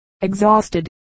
exhausted